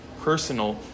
personal